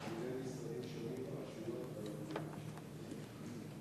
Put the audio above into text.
הרשויות והארגונים המשתתפים.